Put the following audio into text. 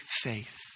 faith